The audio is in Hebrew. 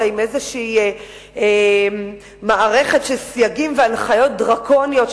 עם מערכת של סייגים והנחיות דרקוניות,